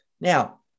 Now